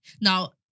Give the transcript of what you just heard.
Now